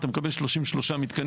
אתה מקבל 33 מתקנים.